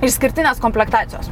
išskirtinės komplektacijos